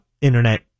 internet